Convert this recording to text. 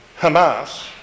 Hamas